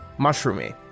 Mushroomy